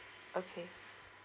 okay